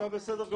אתה בסדר גמור.